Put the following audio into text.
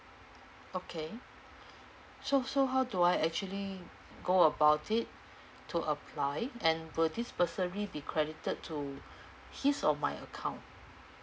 okay so so how do I actually go about it to apply and will this bursary be credited to his or my account